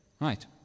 Right